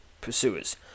pursuers